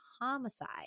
homicide